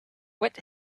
what